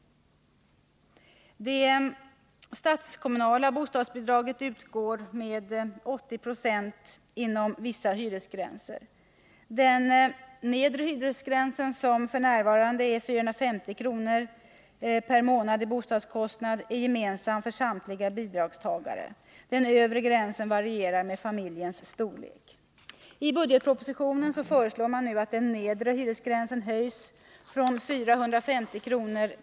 Statskommunalt bostadsbidrag utgår med 80 96 inom vissa hyresgränser. Den nedre hyresgränsen — f. n. 450 kr. per månad i bostadskostnad — är gemensam för samtliga bidragstagare. Den övre hyresgränsen varierar med familjens storlek. I budgetpropositionen föreslås att den nedre hyresgränsen höjs från 450 kr”.